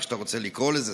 איך שאתה רוצה לקרוא לזה,